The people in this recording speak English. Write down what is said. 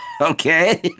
Okay